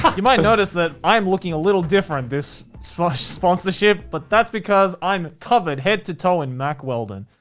you might notice that i'm looking a little different, this so sponsorship, but that's because i'm covered head to toe in mack weldon.